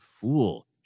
fool